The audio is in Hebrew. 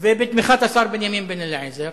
ובתמיכת השר בנימין בן-אליעזר